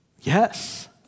Yes